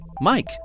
Mike